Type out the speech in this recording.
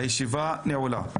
הישיבה נעולה.